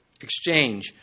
exchange